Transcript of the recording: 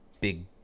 big